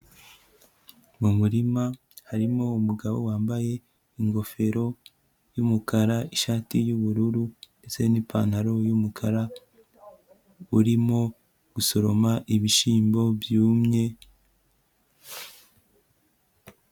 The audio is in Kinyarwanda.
Mu murima harimo umugabo wambaye ingofero y'umukara, ishati y'ubururu ndetse n'ipantaro y'umukara, urimo gusoroma ibishyimbo byumye...